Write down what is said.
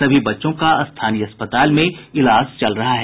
सभी बच्चों का स्थानीय अस्पताल में इलाज चल रहा है